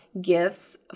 gifts